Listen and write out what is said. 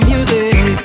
Music